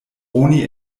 oni